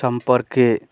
সম্পর্কে